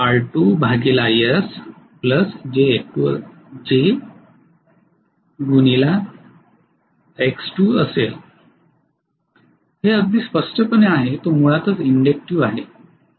हे अगदी स्पष्टपणे आहे तो मुळातच इंडेक्टीव आहे